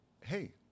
hey